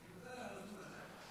ממתי הנתון הזה?